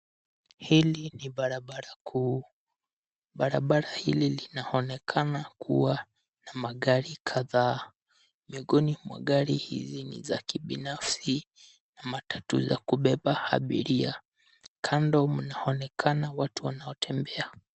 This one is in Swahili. Hili ni barabara kuu. Barabara hili linaonekana kuwa na magari kadhaa. Miongoni mwa gari hizi ni za kibinafsi na matatu za kubeba abiria. Kando mnaonekana watu wanaotembea.